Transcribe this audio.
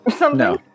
No